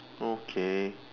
okay